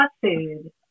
food